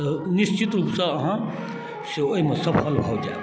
तऽ निश्चित रूपसँ अहाँ से ओहिमे सफल भऽ जाएब